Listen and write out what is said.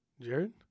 Jared